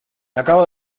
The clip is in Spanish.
acabo